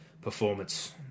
performance